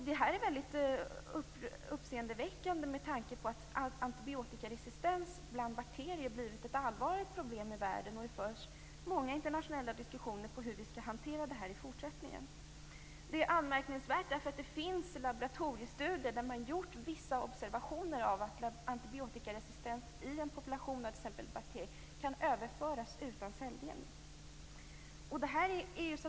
Det är väldigt uppseendeväckande med tanke på att antibiotikaresistens bland bakterier har blivit ett allvarligt problem i världen. Det förs många internationella diskussioner om hur vi skall hantera detta i fortsättningen. Det är anmärkningsvärt därför att man i laboratoriestudier gjort vissa observationer av att antibiotikaresistens i en population av t.ex. bakterier kan överföras utan celldelning.